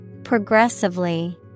Progressively